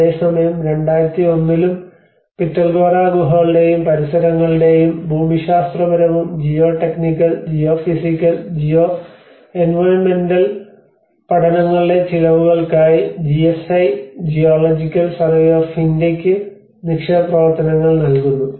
അതേസമയം 2001 ലും പിറ്റൽഖോറ ഗുഹകളുടേയും പരിസരങ്ങളുടേയും ഭൂമിശാസ്ത്രപരവും geotechnical geophysical geo എൻവയോൺമെന്റൽ പഠനങ്ങളുടെ ചിലവുകൾക്കായി ജിഎസ്ഐ ജിയോളജിക്കൽ സർവേ ഓഫ് ഇന്ത്യയ്ക്ക് നിക്ഷേപ പ്രവർത്തനങ്ങൾ നൽകുന്നു